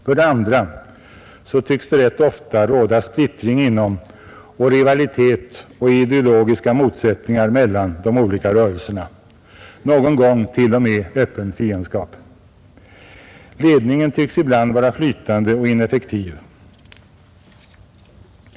För det andra tycks det rätt ofta råda splittring inom och rivalitet och ideologiska motsättningar mellan de olika rörelserna, någon gång t.o.m. öppen fiendskap. Ledningen tycks ibland vara flytande och ineffektiv.